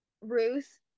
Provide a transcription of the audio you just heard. Ruth